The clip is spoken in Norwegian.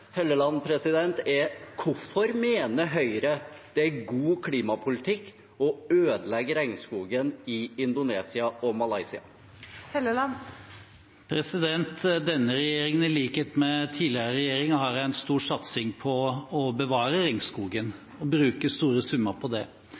Helleland er: Hvorfor mener Høyre det er god klimapolitikk å ødelegge regnskogen i Indonesia og Malaysia? Denne regjeringen, i likhet med tidligere regjeringer, har en stor satsing på å bevare